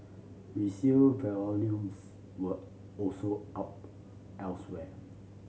resale volumes were also up elsewhere